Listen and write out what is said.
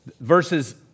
Verses